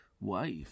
wife